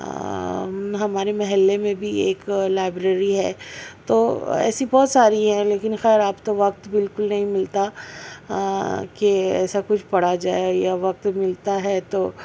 ہمارے محلے میں بھی ایک لائبریری ہے تو ایسی بہت ساری ہیں لیکن خیر اب تو وقت بالکل نہیں ملتا کہ ایسا کچھ پڑھا جائے یا وقت ملتا ہے تو